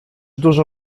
dużo